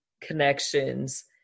connections